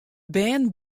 bern